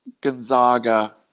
Gonzaga